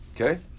Okay